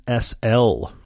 SL